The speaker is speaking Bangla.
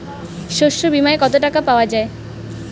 শস্য বিমায় কত টাকা পাওয়া যায়?